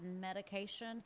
medication